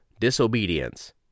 disobedience